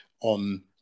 on